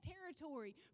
territory